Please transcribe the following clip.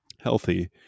healthy